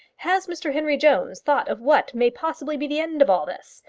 has mr henry jones thought of what may possibly be the end of all this?